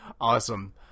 Awesome